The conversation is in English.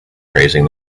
praising